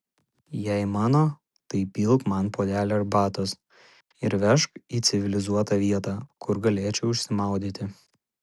jei mano tai įpilk man puodelį arbatos ir vežk į civilizuotą vietą kur galėčiau išsimaudyti